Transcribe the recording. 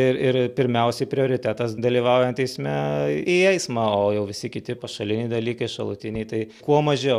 ir ir pirmiausiai prioritetas dalyvaujant eisme į eismą o jau visi kiti pašaliniai dalykai šalutiniai tai kuo mažiau